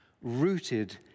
rooted